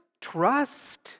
trust